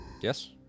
Yes